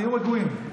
תהיו רגועים.